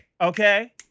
okay